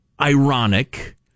ironic